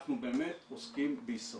אנחנו באמת עוסקים בהישרדות.